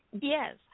Yes